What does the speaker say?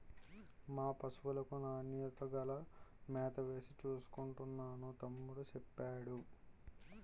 మా పశువులకు నాణ్యత గల మేతవేసి చూసుకుంటున్నాను తమ్ముడూ సెప్పేడు